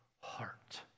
heart